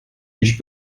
nicht